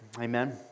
Amen